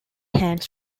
hands